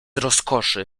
rozkoszy